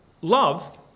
love